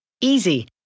Easy